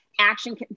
action